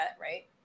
right